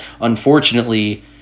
unfortunately